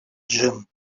джим